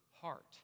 heart